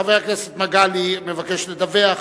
חבר הכנסת מגלי מבקש לדווח